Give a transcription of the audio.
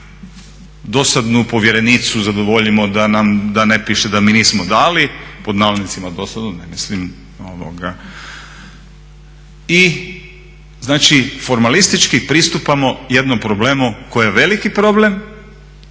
dosadnu povjerenicu zadovoljimo da ne piše da mi nismo "dali", pod navodnicima, ne mislim doslovno i znači formalistički pristupamo jednom problemu koji je veliki problem.